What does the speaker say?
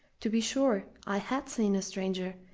to be sure, i had seen a stranger,